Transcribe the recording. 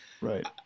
Right